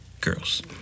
Girls